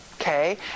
Okay